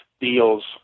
deals